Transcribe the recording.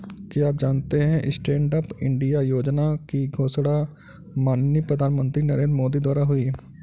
क्या आप जानते है स्टैंडअप इंडिया योजना की घोषणा माननीय प्रधानमंत्री नरेंद्र मोदी द्वारा हुई?